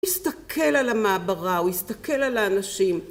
‫הסתכל על המעברה ‫הוא הסתכל על האנשים.